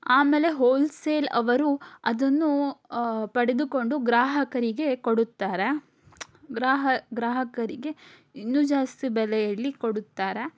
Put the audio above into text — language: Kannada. ಆಮೇಲೆ ಹೋಲ್ಸೇಲವರು ಅದನ್ನು ಪಡೆದುಕೊಂಡು ಗ್ರಾಹಕರಿಗೆ ಕೊಡುತ್ತಾರೆ ಗ್ರಾಹ ಗ್ರಾಹಕರಿಗೆ ಇನ್ನೂ ಜಾಸ್ತಿ ಬೆಲೆಯಲ್ಲಿ ಕೊಡುತ್ತಾರೆ